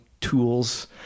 tools